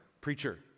preacher